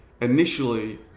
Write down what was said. initially